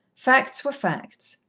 facts were facts.